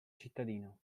cittadino